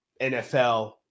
NFL